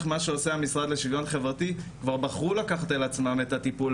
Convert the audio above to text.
מה שעושה המשרד לשוויון חברתי כבר בחרו לקחת על עצמן את הטיפול